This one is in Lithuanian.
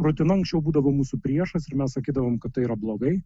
rutina anksčiau būdavo mūsų priešas ir mes sakydavom kad tai yra blogai